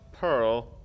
Pearl